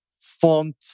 Font